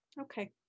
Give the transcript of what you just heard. Okay